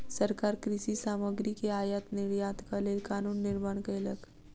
सरकार कृषि सामग्री के आयात निर्यातक लेल कानून निर्माण कयलक